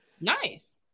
Nice